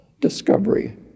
discovery